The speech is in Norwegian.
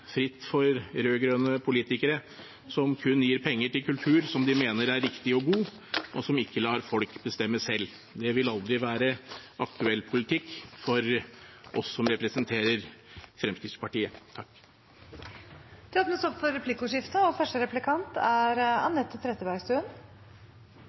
fritt for rød-grønne politikere som kun gir penger til kultur som de mener er riktig og god, og som ikke lar folk bestemme selv. Det vil aldri være aktuell politikk for oss som representerer Fremskrittspartiet. Det blir replikkordskifte. Representanten sa flere ganger at Fremskrittspartiet er imot elitekultur og